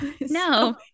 No